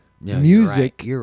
music